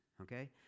okay